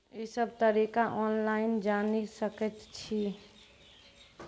ई सब तरीका ऑनलाइन जानि सकैत छी?